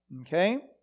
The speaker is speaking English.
Okay